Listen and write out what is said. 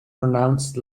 pronounced